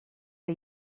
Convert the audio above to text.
que